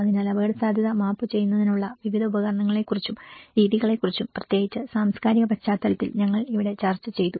അതിനാൽ അപകടസാധ്യത മാപ്പുചെയ്യുന്നതിനുള്ള വിവിധ ഉപകരണങ്ങളെക്കുറിച്ചും രീതികളെക്കുറിച്ചും പ്രത്യേകിച്ച് സാംസ്കാരിക പശ്ചാത്തലത്തിൽ ഞങ്ങൾ ഇവിടെ ചർച്ച ചെയ്തു